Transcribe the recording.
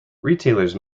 retailers